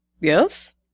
Yes